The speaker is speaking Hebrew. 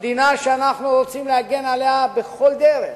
המדינה שאנחנו רוצים להגן עליה בכל דרך.